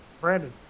Brandon